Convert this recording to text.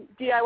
DIY